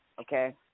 okay